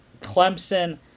Clemson